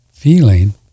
feeling